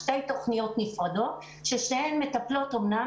שתי תוכניות נפרדות ששתיהן מטפלות אומנם